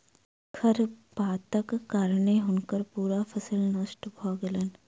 खरपातक कारणें हुनकर पूरा फसिल नष्ट भ गेलैन